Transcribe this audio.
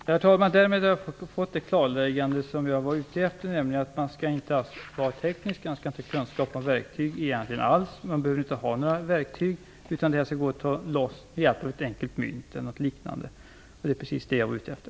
Herr talman! Därmed har jag fått det klarläggande som jag var ute efter, nämligen att man inte alls skall behöva vara teknisk och egentligen inte alls skall behöva ha någon kunskap om verktyg. Man behöver inte ha några verktyg, utan batteriet skall kunna tas loss med hjälp av ett mynt e.d. Det var just det som jag var ute efter.